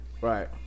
Right